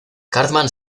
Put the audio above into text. cartman